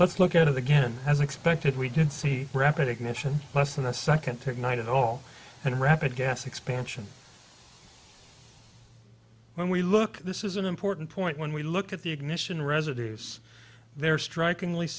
let's look at it again as expected we did see rapid ignition less than a second take night at all and rapid gas expansion when we look at this is an important point when we look at the ignition residues there are striking